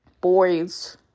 boys